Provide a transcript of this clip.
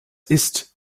ist